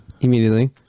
immediately